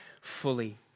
fully